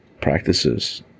practices